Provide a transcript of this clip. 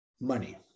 money